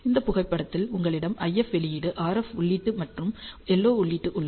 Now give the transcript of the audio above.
இந்த புகைப்படத்தில் உங்களிடம் IF வெளியீடு RF உள்ளீடு மற்றும் LO உள்ளீடு உள்ளது